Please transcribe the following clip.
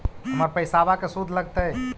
हमर पैसाबा के शुद्ध लगतै?